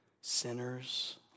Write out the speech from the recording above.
sinners